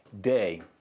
day